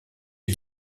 est